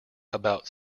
about